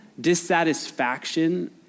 dissatisfaction